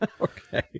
Okay